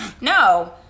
No